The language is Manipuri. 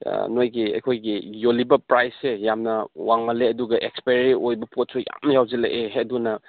ꯅꯣꯏꯒꯤ ꯑꯩꯈꯣꯏꯒꯤ ꯌꯣꯜꯂꯤꯕ ꯄ꯭ꯔꯥꯏꯖꯁꯦ ꯌꯥꯝꯅ ꯋꯥꯡꯃꯜꯂꯦ ꯑꯗꯨꯒ ꯑꯦꯛꯁꯄꯥꯏꯔꯤ ꯑꯣꯏꯕ ꯄꯣꯠꯁꯨ ꯌꯥꯝ ꯌꯥꯎꯁꯤꯜꯂꯛꯑꯦ ꯑꯗꯨꯅ